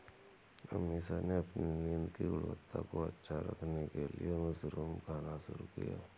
अमीषा ने अपनी नींद की गुणवत्ता को अच्छा करने के लिए मशरूम खाना शुरू किया